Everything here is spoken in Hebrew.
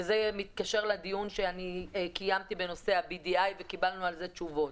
וזה מתקשר לדיון שקיימתי בנושא ה-BDI וקיבלנו על זה תשובות.